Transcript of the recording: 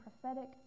prophetic